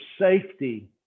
safety